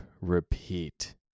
Repeat